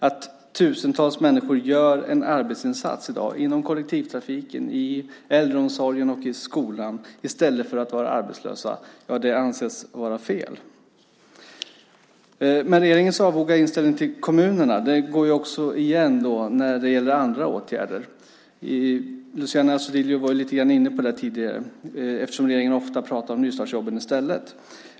Att tusentals människor i dag gör en arbetsinsats inom kollektivtrafiken, i äldreomsorgen och i skolan i stället för att vara arbetslösa anses vara fel. Regeringens avoga inställning till kommunerna går också igen när det gäller andra åtgärder - Luciano Astudillo var inne lite grann på det tidigare - eftersom regeringen ofta pratar om nystartsjobben i stället.